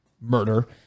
murder